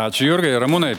ačiū jurgai ramūnai